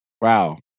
Wow